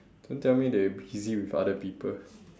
don't tell me they busy with other people